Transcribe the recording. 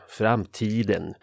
framtiden